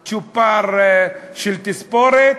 זה צ'ופר של תספורת.